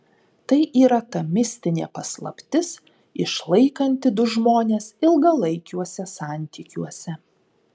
tai yra ta mistinė paslaptis išlaikanti du žmones ilgalaikiuose santykiuose